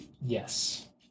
Yes